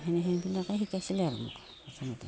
সেইবিলাকেই শিকাইছিলে আৰু মোক প্ৰথমতে